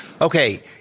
Okay